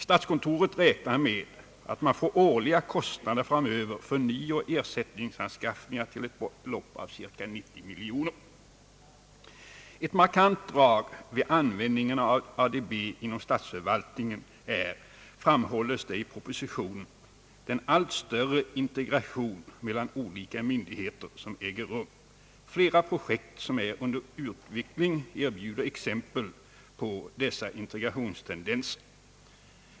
Statskontoret räknar med årliga kostnader framöver för nyoch ersättningsanskaffningar till ett belopp av cirka 90 miljoner kronor. Ett markant drag vid användningen av ADB inom statsförvaltningen är — framhålles det i propositionen — den allt större integration mellan olika myndigheter som äger rum. Flera projekt som är under utveckling erbjuder exempel på dessa integrationstendenser.